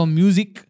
music